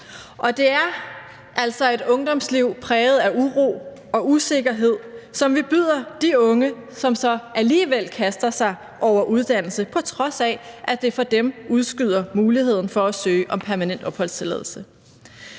altså et ungdomsliv præget af uro og usikkerhed, som vi byder de unge, som så alligevel kaster sig over uddannelse, på trods af at det får dem udskyder muligheden for at søge om permanent opholdstilladelse.